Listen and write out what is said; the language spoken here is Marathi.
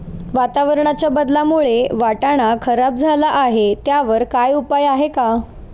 वातावरणाच्या बदलामुळे वाटाणा खराब झाला आहे त्याच्यावर काय उपाय आहे का?